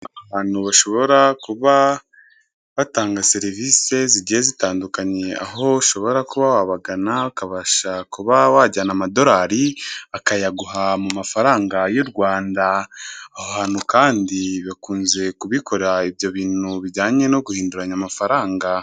Abantu bashobora kuba batanga serivisi zigiye zitandukanye, aho ushobora kuba wabagana ukabasha kuba wajyana amadolari bakayaguha mu mafaranga y'u Rwanda, aho hantu kandi bakunze kubikora ibyo bintu bijyanye no guhinduranya amafaranga.